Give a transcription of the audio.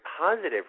positive